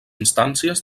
instàncies